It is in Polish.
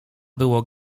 było